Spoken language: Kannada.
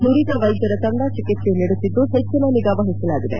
ನುರಿತ ವೈದ್ಯರ ತಂಡ ಚಿಕಿತ್ಸೆ ನೀಡುತ್ತಿದ್ದು ಪೆಟ್ಟನ ನಿಗಾ ವಹಿಸಲಾಗಿದೆ